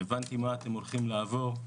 הבנתי מה אתם הולכים לעבור.